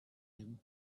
him